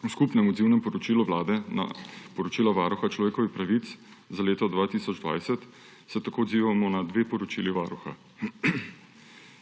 V skupnem odzivnem poročilu Vlade na poročila Varuha človekovih pravic za leto 2020 se tako odzivamo na dve poročili Varuha.